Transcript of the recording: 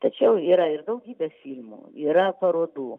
tačiau yra ir daugybė filmų yra parodų